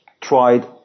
tried